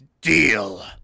deal